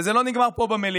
וזה לא נגמר פה במליאה,